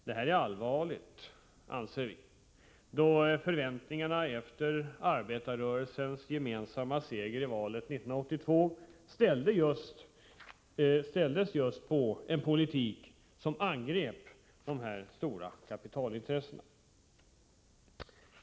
Detta är allvarligt, då det efter arbetarrörelsens gemensamma seger i valet 1982 ställdes förväntningar på just en politik som angrep dessa stora kapitalintressen.